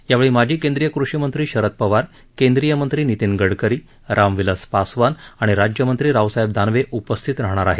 यावेळी माजी केंद्रीय कृषी मंत्री शरद पवार केंद्रीय मंत्री नितीन गडकरी रामविलास पासवान आणि राज्यमंत्री रावसाहेब दानवे उपस्थित राहणार आहेत